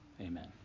amen